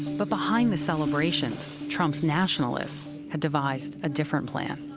but behind the celebrations, trump's nationalists had devised a different plan.